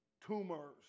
Tumors